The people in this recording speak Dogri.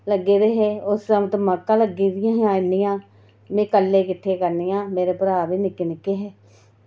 लग्गे दे हे उस सामंत मक्कां लग्गी दियां हियां इन्नियां में कल्लै किट्ठियां करनियां मेरे भ्राऽ बी निक्के निक्के हे